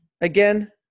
again